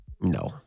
No